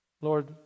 Lord